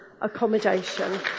accommodation